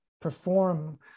perform